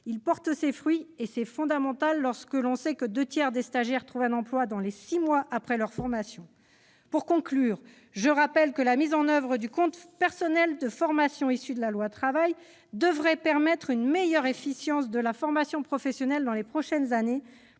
porte ses fruits. C'est fondamental lorsque l'on sait que deux tiers des stagiaires retrouvent un emploi dans les six mois qui suivent leur formation. Pour conclure, je rappelle que la mise en oeuvre du compte personnel de formation, issue de la loi Travail, devrait permettre une meilleure efficience de la formation professionnelle dans les prochaines années,